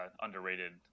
underrated